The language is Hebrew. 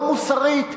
לא מוסרית,